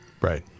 Right